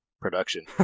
production